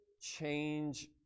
change